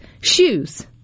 shoes